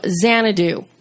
Xanadu